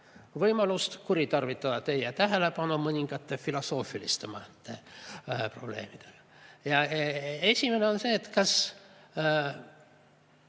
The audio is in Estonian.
võimalust kuritarvitada teie tähelepanu mõningate filosoofilisemate probleemidega. Ja esimene on kahe